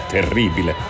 Terribile